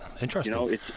Interesting